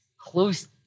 close